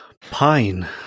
Pine